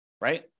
right